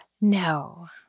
No